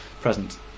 present